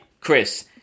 Chris